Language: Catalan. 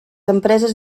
empreses